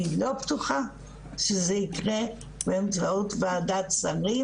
אני לא בטוחה שזה יקרה באמצעות ועדת סמים